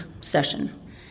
session